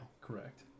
correct